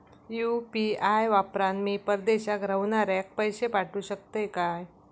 UPI वापरान मी परदेशाक रव्हनाऱ्याक पैशे पाठवु शकतय काय?